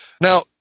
Now